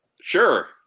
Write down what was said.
Sure